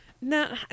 No